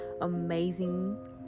amazing